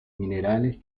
minerales